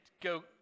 go